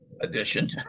edition